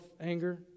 anger